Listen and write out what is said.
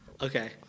Okay